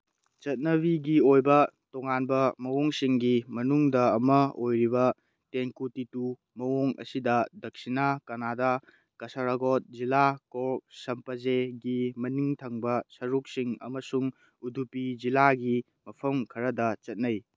ꯆꯠꯅꯕꯤꯒꯤ ꯑꯣꯏꯕ ꯇꯣꯉꯥꯟꯕ ꯃꯑꯣꯡꯁꯤꯡꯒꯤ ꯃꯅꯨꯡꯗ ꯑꯃ ꯑꯣꯏꯔꯤꯕ ꯇꯦꯡꯀꯨꯇꯤꯇꯨ ꯃꯑꯣꯡ ꯑꯁꯤꯗ ꯗꯛꯁꯤꯅꯥ ꯀꯅꯥꯗꯥ ꯀꯁꯔꯒꯣꯠ ꯖꯤꯂꯥ ꯀꯣꯔꯒ ꯁꯝꯄꯖꯦꯒꯤ ꯃꯅꯤꯡ ꯊꯪꯕ ꯁꯔꯨꯛꯁꯤꯡ ꯑꯃꯁꯨꯡ ꯎꯗꯨꯄꯤ ꯖꯤꯂꯥꯒꯤ ꯃꯐꯝ ꯈꯔꯗ ꯆꯠꯅꯩ